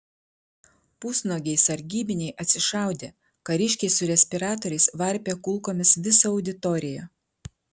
pusnuogiai sargybiniai atsišaudė kariškiai su respiratoriais varpė kulkomis visą auditoriją